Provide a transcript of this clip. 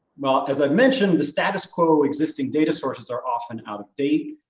well, as i mentioned, the status quo existing data sources are often out of date,